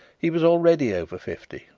he was already over fifty,